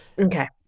Okay